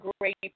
great